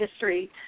history